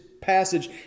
passage